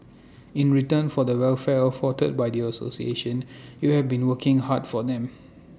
in return for the welfare afforded by the association you have been working hard for them